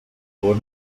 dor